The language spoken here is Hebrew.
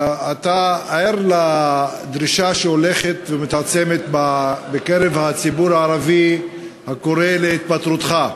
אתה ער לדרישה שהולכת ומתעצמת בקרב הציבור הערבי הקורא להתפטרותך,